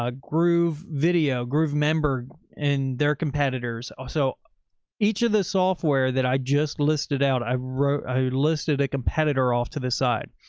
a groovevideo groovemember and their competitors. ah so each of the software that i just listed out, i wrote, i listed a competitor off to the side.